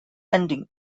ending